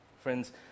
Friends